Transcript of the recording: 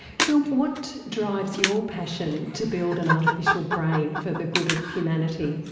so what drives your passion to build an artificial brain for the good of humanity?